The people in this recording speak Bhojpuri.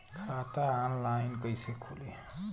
खाता ऑनलाइन कइसे खुली?